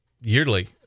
yearly